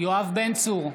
יואב בן צור,